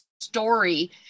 story